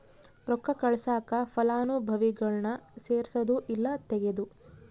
ರೊಕ್ಕ ಕಳ್ಸಾಕ ಫಲಾನುಭವಿಗುಳ್ನ ಸೇರ್ಸದು ಇಲ್ಲಾ ತೆಗೇದು